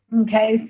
Okay